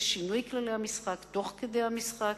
זה שינוי כללי המשחק תוך כדי המשחק.